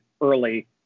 early